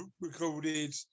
recorded